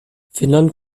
finnland